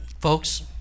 folks